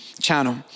channel